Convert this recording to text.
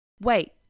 Wait